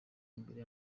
imbere